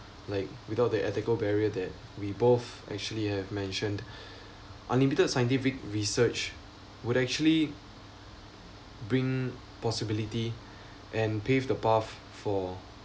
like without the ethical barrier that we both actually have mentioned unlimited scientific research would actually bring possibility and pave the path for